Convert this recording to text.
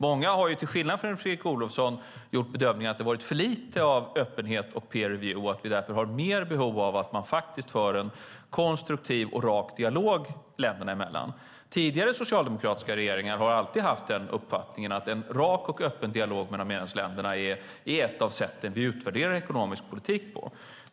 Många har, till skillnad från Fredrik Olovsson, gjort bedömningen att det varit för lite av öppenhet och peer review och att vi därför har mer behov av att man faktiskt för en konstruktiv och rak dialog länderna emellan. Tidigare socialdemokratiska regeringar har alltid haft uppfattningen att en rak och öppen dialog mellan medlemsländerna är ett av sätten vi utvärderar ekonomisk politik på.